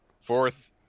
fourth